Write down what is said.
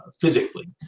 physically